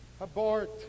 abort